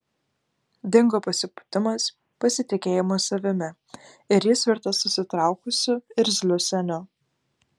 dingo pasipūtimas pasitikėjimas savimi ir jis virto susitraukusiu irzliu seniu